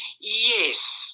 yes